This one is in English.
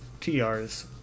TRs